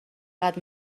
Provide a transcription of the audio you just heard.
بعد